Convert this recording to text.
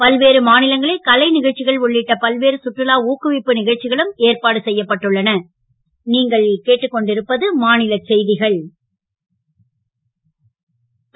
பல்வேறு மா லங்களில் கலை க ச்சிகள் உள்ளிட்ட பல்வேறு சுற்றுலா ஊக்குவிப்பு க ச்சிகளுக்கும் ஏற்பாடு செ யப்பட்டுள்ள து